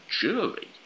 jury